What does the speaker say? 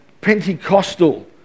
Pentecostal